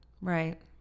Right